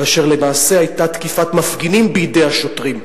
כאשר למעשה היתה תקיפת מפגינים בידי השוטרים.